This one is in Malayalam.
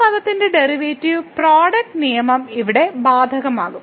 ഈ പദത്തിന്റെ ഡെറിവേറ്റീവ് പ്രോഡക്റ്റ് നിയമം ഇവിടെ ബാധകമാകും